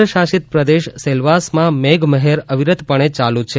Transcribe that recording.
કેન્દ્રશાસિત પ્રદેશ સેલવાસમાં મેઘ મહેર અવિરતપણે ચાલુ જ છે